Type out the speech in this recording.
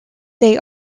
they